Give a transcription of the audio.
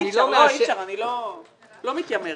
אי-אפשר, אני לא מתיימרת.